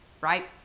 Right